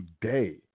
today